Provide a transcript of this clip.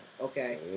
Okay